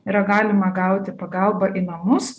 yra galima gauti pagalbą į namus